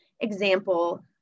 example